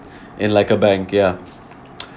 in like a bank ya